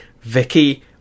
Vicky